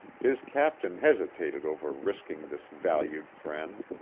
his captain hesi tated over risking this valued friend,